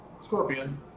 Scorpion